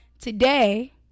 today